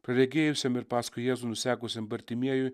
praregėjusiam ir paskui jėzų nusekusiam bartimiejui